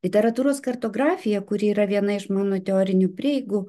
literatūros kartografija kuri yra viena iš mano teorinių prieigų